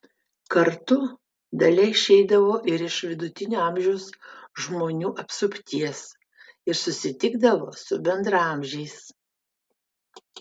kartu dalia išeidavo ir iš vidutinio amžiaus žmonių apsupties ir susitikdavo su bendraamžiais